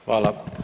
Hvala.